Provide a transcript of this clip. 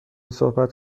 صحبت